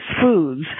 foods